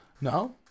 No